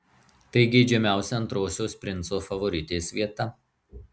tai geidžiamiausia antrosios princo favoritės vieta